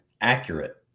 accurate